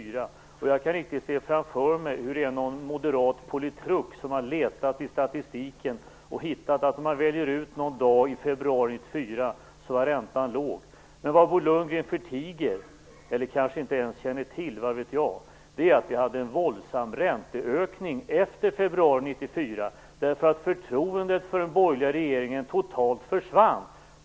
Det är mycket intressant. Jag kan riktigt se framför mig hur en moderat politruk har letat i statistiken och hittat en dag i februari 1994 när räntan var låg. Men Bo Lundgren förtiger eller känner inte ens till att vi hade en våldsam ränteökning efter februari 1994. Förtroendet för den borgerliga regeringen försvann totalt.